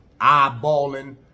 eyeballing